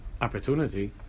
opportunity